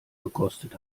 gekostet